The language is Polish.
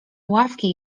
ławki